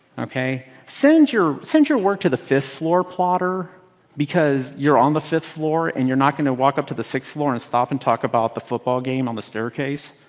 ok? send your send your work to the fifth floor plotter because you're on the fifth floor and you're not going to walk up to the floor and stop and talk about the football game on the staircase.